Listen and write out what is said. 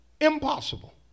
Impossible